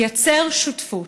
לייצר שותפות.